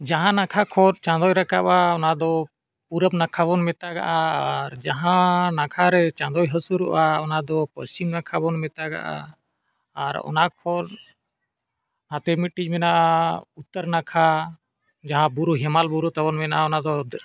ᱡᱟᱦᱟᱸ ᱱᱟᱠᱷᱟ ᱠᱷᱚᱱ ᱪᱟᱸᱫᱳᱭ ᱨᱟᱠᱟᱵᱼᱟ ᱚᱱᱟᱫᱚ ᱯᱩᱨᱩᱵ ᱱᱟᱠᱷᱟ ᱵᱚᱱ ᱢᱮᱛᱟᱜᱼᱟ ᱟᱨ ᱡᱟᱦᱟᱸ ᱱᱟᱠᱷᱟ ᱨᱮ ᱪᱟᱸᱫᱳᱭ ᱦᱟᱹᱥᱩᱨᱚᱜᱼᱟ ᱚᱱᱟᱫᱚ ᱯᱚᱥᱪᱤᱢ ᱱᱟᱠᱷᱟ ᱵᱚᱱ ᱢᱮᱛᱟᱜᱼᱟ ᱟᱨ ᱚᱱᱟᱠᱷᱚᱱ ᱦᱟᱱᱛᱮ ᱢᱤᱫᱴᱤᱡ ᱢᱮᱱᱟᱜᱼᱟ ᱩᱛᱛᱚᱨ ᱱᱟᱠᱷᱟ ᱡᱟᱦᱟᱸ ᱵᱩᱨᱩ ᱦᱮᱢᱟᱞ ᱵᱩᱨᱩ ᱛᱟᱵᱚᱱ ᱢᱮᱱᱟᱜᱼᱟ ᱚᱱᱟᱫᱚ